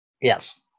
Yes